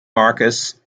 marcos